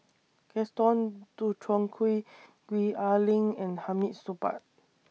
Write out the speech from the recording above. Gaston Dutronquoy Gwee Ah Leng and Hamid Supaat